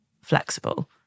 flexible